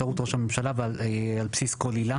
בין נבצרות מטעמי בריאות לבין נבצרות בשל אי מסוגלות פיזית או נפשית.